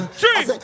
three